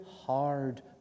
hard